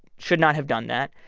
should not have done that.